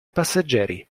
passeggeri